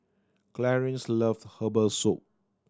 Clarine's loves herbal soup